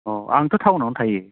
अ आंथ' टाउनावनो थायो